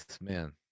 man